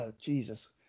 Jesus